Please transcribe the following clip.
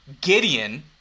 Gideon